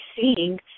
seeing